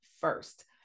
first